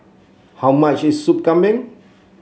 how much is Soup Kambing